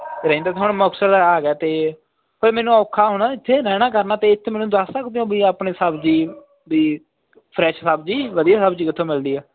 ਰਹਿੰਦਾ ਤਾਂ ਹੁਣ ਮੁਕਤਸਰ ਆ ਗਿਆ ਅਤੇ ਫਿਰ ਮੈਨੂੰ ਔਖਾ ਹੋਣਾ ਇੱਥੇ ਰਹਿਣਾ ਕਰਨਾ ਅਤੇ ਇੱਥੇ ਮੈਨੂੰ ਦੱਸ ਸਕਦੇ ਹੋ ਵੀ ਆਪਣੇ ਸਬਜ਼ੀ ਵੀ ਫਰੈਸ਼ ਸਬਜ਼ੀ ਵਧੀਆ ਸਬਜ਼ੀ ਕਿੱਥੋਂ ਮਿਲਦੀ ਆ